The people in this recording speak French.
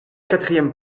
quatrième